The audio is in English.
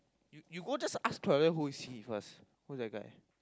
you you go just ask her then who is he first whose that guy